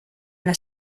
las